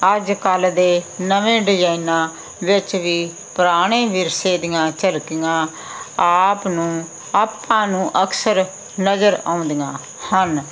ਅੱਜ ਕੱਲ੍ਹ ਦੇ ਨਵੇਂ ਡਿਜ਼ਾਇਨਾਂ ਵਿੱਚ ਵੀ ਪੁਰਾਣੇ ਵਿਰਸੇ ਦੀਆਂ ਝਲਕੀਆਂ ਆਪ ਨੂੰ ਆਪਾਂ ਨੂੰ ਅਕਸਰ ਨਜ਼ਰ ਆਉਂਦੀਆਂ ਹਨ